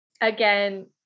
Again